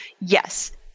yes